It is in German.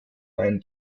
einen